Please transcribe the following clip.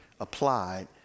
applied